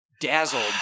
dazzled